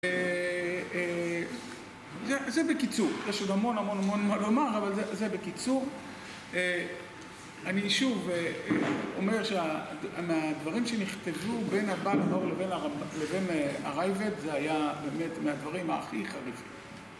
זה בקיצור, יש עוד המון המון המון מה לומר, אבל זה בקיצור. אני שוב אומר שהדברים שנכתבו בין הבנטור לבין הרייבט, זה היה באמת מהדברים הכי חריפים.